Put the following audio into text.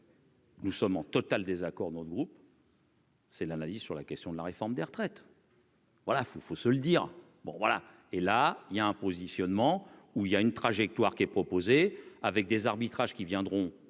Nous sommes en total désaccord dans le groupe. C'est l'analyse sur la question de la réforme des retraites. Voilà, faut faut se le dire, bon, voilà, et là il y a un positionnement où il y a une trajectoire qui est proposée avec des arbitrages qui viendront